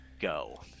go